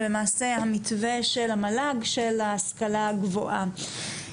למעשה המתווה של המל"ג של ההשכלה הגבוהה.